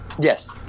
Yes